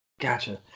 gotcha